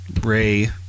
Ray